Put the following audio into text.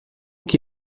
que